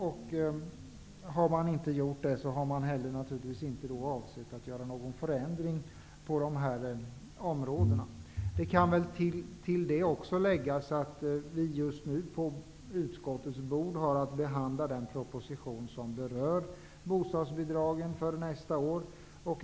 Man har då inte heller avsett att göra någon förändring på dessa områden. På utskottets bord ligger för behandling just nu den proposition som gäller bostadsbidragen för nästa år.